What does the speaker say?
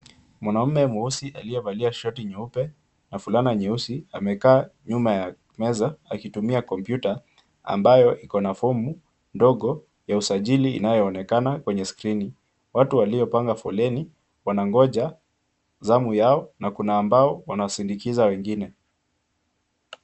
Mwanaume mweusi aliyevalia shati nyeupe na fulana nyeusi amekaa nyuma ya meza akitumia kompyuta ambayo iko na fomu ndogo ya usajili inayoonekana kwenye skrini. Watu waliopanga foleni wanangoja zamu yao na kuna ambao wanasindikiza wengine.